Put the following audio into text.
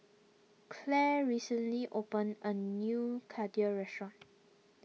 Clare recently opened a new Kheer restaurant